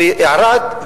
מדוע ערד,